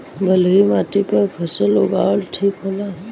बलुई माटी पर फसल उगावल ठीक होला?